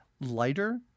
lighter